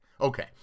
Okay